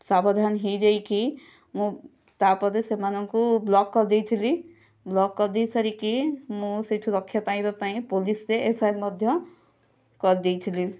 ସାବଧାନ ହୋଇଯାଇକି ମୁଁ ତା'ପରେ ସେମାନଙ୍କୁ ବ୍ଲକ୍ କରିଦେଇଥିଲି ବ୍ଲକ୍ କରିଦେଇ ସାରି ମୁଁ ସେଠି ରଖିକି ରକ୍ଷା ପାଇବା ପାଇଁ ପୋଲିସରେ ଏଫଆଇଆର ମଧ୍ୟ କରିଦେଇଥିଲି